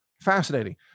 Fascinating